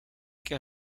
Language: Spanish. que